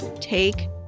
take